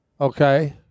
Okay